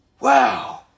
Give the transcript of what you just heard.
Wow